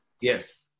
Yes